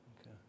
Okay